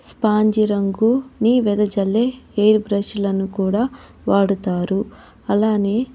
sponge రంగును వెదజల్లు air బ్రష్లను కూడా వాడుతారు అలానే